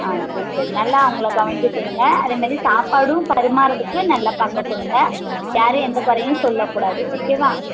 ஆ சரி சரி நல்லா அவங்கள கவனிக்க சொல்லுங்கள் அதே மாதிரி சாப்பாடும் பரிமாற்கிறதுக்கு நல்ல பார்க்க சொல்லுங்கள் யாரும் எந்த குறையும் சொல்ல கூடாது ஓகேவா